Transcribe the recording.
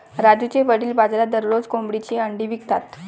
राजूचे वडील बाजारात दररोज कोंबडीची अंडी विकतात